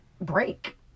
break